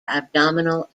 abdominal